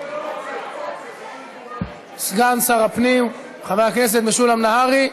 לא, סגן שר הפנים, חבר הכנסת משולם נהרי.